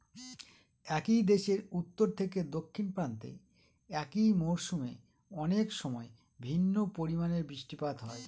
একই দেশের উত্তর থেকে দক্ষিণ প্রান্তে একই মরশুমে অনেকসময় ভিন্ন পরিমানের বৃষ্টিপাত হয়